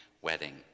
wedding